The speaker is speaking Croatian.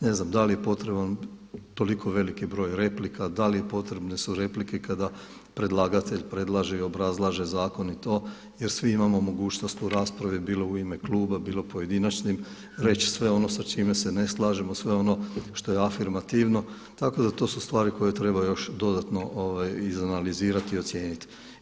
Ne znam da je potreban toliko veliki broj replika, da li su potrebne replike kada predlagatelj predlaže i obrazlaže zakon i to jer svi imamo mogućnost u raspravi, bilo u ime kluba, bilo pojedinačnim reći sve ono s čime se ne slažemo, sve ono što je afirmativno, tako da su to stvari koje treba još dodatno izanalizirati i ocijeniti.